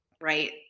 right